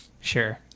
Sure